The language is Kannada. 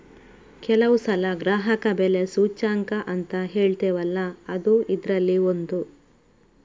ಕೆಲವು ಸಲ ಗ್ರಾಹಕ ಬೆಲೆ ಸೂಚ್ಯಂಕ ಅಂತ ಹೇಳ್ತೇವಲ್ಲ ಅದೂ ಇದ್ರಲ್ಲಿ ಒಂದು